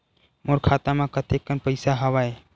मोर खाता म कतेकन पईसा हवय?